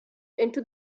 into